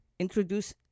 Introduce